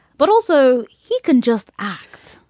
but also he can just act.